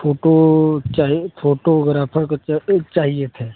photo चाहे photographer को चाहिए थें